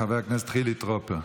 חבר הכנסת חילי טרופר.